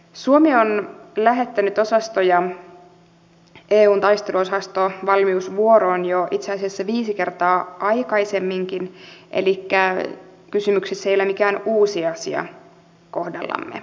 suomi on lähettänyt osastoja eun taisteluosastovalmiusvuoroon jo itse asiassa viisi kertaa aikaisemminkin elikkä kysymyksessä ei ole mikään uusi asia kohdallamme